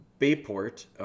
Bayport